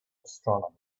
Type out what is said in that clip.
astronomy